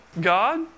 God